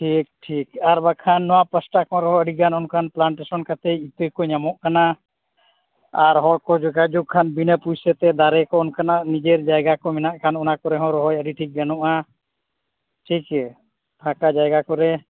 ᱴᱷᱤᱠ ᱴᱷᱤᱠ ᱟᱨᱵᱟᱠᱷᱟᱱ ᱱᱚᱣᱟ ᱯᱟᱥᱴᱟ ᱠᱷᱚᱱ ᱨᱮᱦᱚᱸ ᱟᱹᱰᱤᱜᱟᱱ ᱚᱱᱠᱟᱱ ᱯᱞᱟᱱᱴᱮᱥᱚᱱ ᱠᱟᱛᱮᱫ ᱤᱭᱟᱹᱠᱚ ᱧᱟᱢᱚᱜ ᱠᱟᱱᱟ ᱟᱨ ᱦᱚᱲᱠᱚ ᱡᱳᱜᱟᱡᱳᱜᱽ ᱠᱷᱟᱱ ᱵᱤᱱᱟᱹ ᱯᱚᱭᱥᱟᱛᱮ ᱫᱟᱨᱮᱠᱚ ᱮᱢ ᱟᱠᱟᱱᱟ ᱱᱤᱡᱮᱨ ᱡᱟᱭᱜᱟᱠᱚ ᱢᱮᱱᱟᱜ ᱠᱷᱟᱱ ᱚᱱᱟ ᱠᱚᱨᱮᱦᱚᱸ ᱨᱚᱦᱚᱭ ᱟᱹᱰᱤ ᱴᱷᱤᱠ ᱜᱟᱱᱚᱜᱼᱟ ᱴᱷᱤᱠ ᱜᱮᱭᱟ ᱯᱷᱟᱸᱠᱟ ᱡᱟᱭᱜᱟ ᱠᱚᱨᱮ